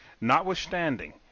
Notwithstanding